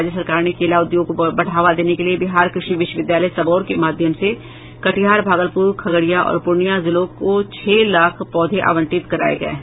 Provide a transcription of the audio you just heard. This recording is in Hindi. राज्य सरकार ने केला उद्योग को बढ़ावा देने के लिये बिहार कृषि विश्वविद्यालय सबौर के माध्यम से कटिहार भागलपुर खगड़िया और पूर्णिया जिलों को छह लाख पौधे आवंटित कराये हैं